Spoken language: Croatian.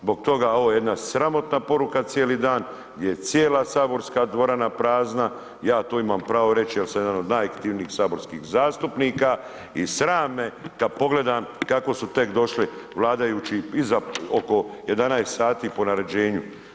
Zbog toga ovo je jedan sramotna poruka cijeli dan gdje je cijela saborska dvorana prazna, ja tu imam pravo reći jer sam jedan od najaktivnijih saborskih zastupnika i sram me kad pogledam kako su tek došli vladajući iz oko 11 sati po naređenju.